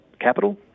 capital